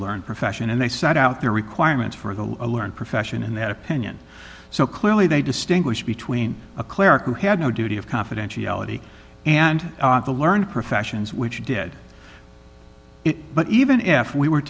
learned profession and they set out their requirements for the learned profession in that opinion so clearly they distinguish between a cleric who had no duty of confidentiality and the learned professions which did it but even if we were